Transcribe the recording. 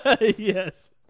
Yes